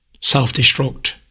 self-destruct